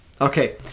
Okay